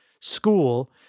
school